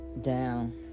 Down